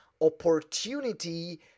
opportunity